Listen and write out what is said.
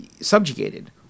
subjugated